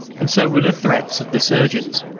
and so were the threats of the surgeons.